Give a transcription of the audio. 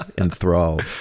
enthralled